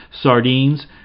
sardines